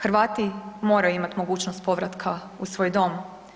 Hrvati moraju imati mogućnost povratka u svoj dom.